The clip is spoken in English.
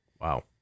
Wow